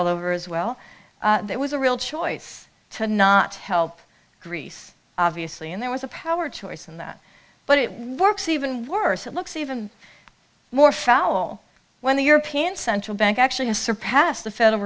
all over as well there was a real choice to not help greece obviously and there was a power choice in that but it works even worse it looks even more foul when the european central bank actually has surpassed the federal